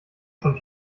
schon